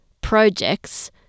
projects